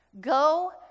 Go